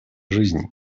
жизней